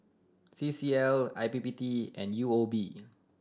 C C L I P P T and U O B